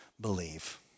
believe